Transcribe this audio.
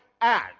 add